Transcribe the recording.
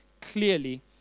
clearly